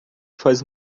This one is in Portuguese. faz